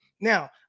Now